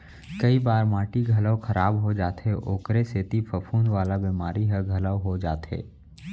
कई बार माटी घलौ खराब हो जाथे ओकरे सेती फफूंद वाला बेमारी ह घलौ हो जाथे